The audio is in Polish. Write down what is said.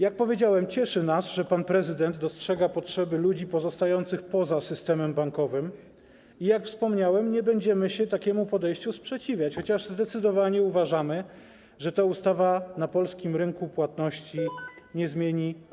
Jak powiedziałem, cieszy nas, że pan prezydent dostrzega potrzeby ludzi pozostających poza systemem bankowym, i jak wspomniałem, nie będziemy się takiemu podejściu sprzeciwiać, chociaż zdecydowanie uważamy, że ta ustawa na polskim rynku płatności nic nie zmieni.